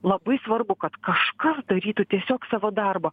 labai svarbu kad kažkas darytų tiesiog savo darbą